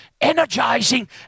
energizing